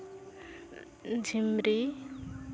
ᱡᱷᱤᱢᱨᱤ